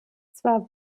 zwar